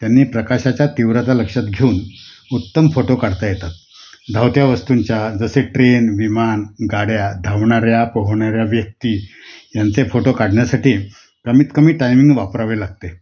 त्याने प्रकाशाच्या तीव्रता लक्षात घेऊन उत्तम फोटो काढता येतात धावत्या वस्तूंच्या जसे ट्रेन विमान गाड्या धावणाऱ्या पोहणाऱ्या व्यक्ती यांचे फोटो काढण्यासाठी कमीतकमी टायमिंग वापरावे लागते